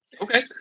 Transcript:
okay